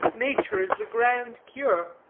nature is the grand cure.